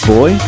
Boy